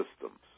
systems